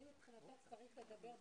מי מבחינתך צריך לדבר בזום.